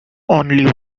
only